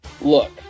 Look